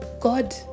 God